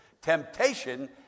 Temptation